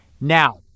now